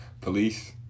Police